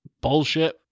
bullshit